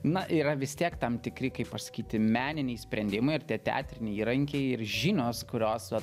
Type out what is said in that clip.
na yra vis tiek tam tikri kaip pasakyti meniniai sprendimai ir tie teatriniai įrankiai ir žinios kurios